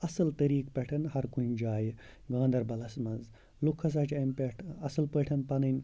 اَصٕل طریٖق پٮ۪ٹھ ہرکُنہِ جایہِ گاندَربَلَس منٛز لُکھ ہَسا چھِ اَمہِ پٮ۪ٹھ اَصٕل پٲٹھۍ پَنٕنۍ